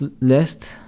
list